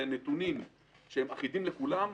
ונתונים אחידים לכולם.